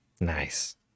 Nice